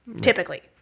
Typically